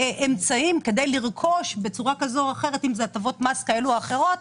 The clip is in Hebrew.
אמצעים כדי לרכוש בצורה כזו או אחרת אם אלה הטבות מס כאלה ואחרות